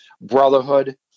brotherhood